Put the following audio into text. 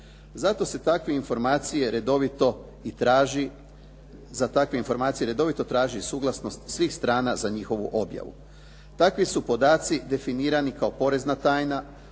Zato se takve informacije redovito traži i sukladnost svih strana za njihovu objavu. Takvi su podaci definirani kao porezna tajna,